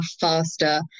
faster